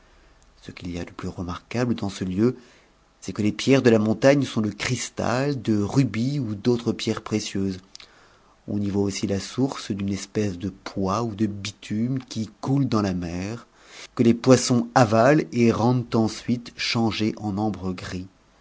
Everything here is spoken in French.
ce qu'it y a de plus remarquable dans ce lieu c'est que les pierres de a montagne sont de cristal de rubis ou d'autres pierres précieuses on y voit aussi la source d'une espèce de poix ou de bitume qui coule dans la mer que les poissons avalent et rendent ensuite changé en ambre gris